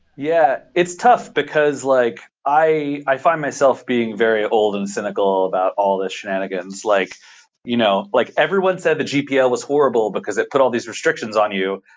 yeah, it's tough. because like i i find myself being very old and cynical about all these shenanigans. like you know like everyone said the gpl was horrible, because it put all these restrictions on you.